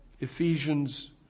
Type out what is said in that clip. Ephesians